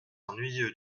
ennuyeux